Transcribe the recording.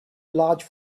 large